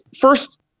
First